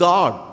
God